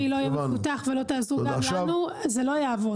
לא יהיה מפותח ולא תעזרו גם לנו זה לא יעבוד.